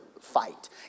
fight